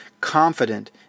confident